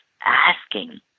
asking